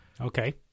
Okay